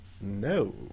No